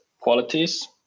qualities